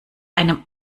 einem